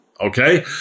Okay